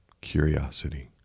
Curiosity